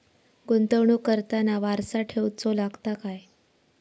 गुंतवणूक करताना वारसा ठेवचो लागता काय?